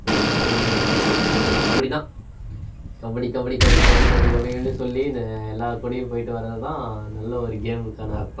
கபடி தான் கபடி கபடி கபடி கபடி கபடி கபடி கபடினு சொல்லி இந்த எல்லார் கூடயும் போய்ட்டு வர்றது தான் நல்ல ஒரு கேமுக்கான அர்த்தம்